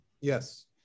Yes